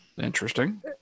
Interesting